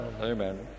Amen